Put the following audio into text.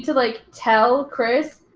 like, tell chris,